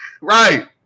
right